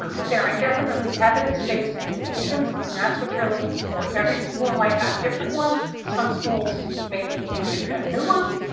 um but there are definitely evidence-based interventions, and that's what you're looking for. every school might have different ones some schools maybe need to get new ones.